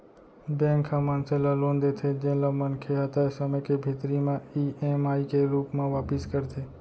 bank ह मनसे ल लोन देथे जेन ल मनखे ह तय समे के भीतरी म ईएमआई के रूप म वापिस करथे